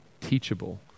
teachable